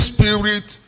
Spirit